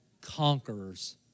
conquerors